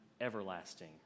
Everlasting